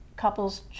couples